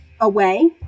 away